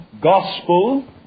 gospel